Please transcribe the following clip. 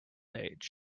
age